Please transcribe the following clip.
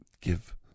give